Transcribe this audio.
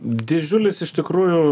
didžiulis iš tikrųjų